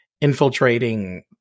infiltrating